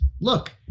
look